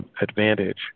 advantage